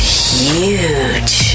huge